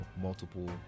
multiple